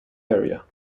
area